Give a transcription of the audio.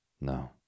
No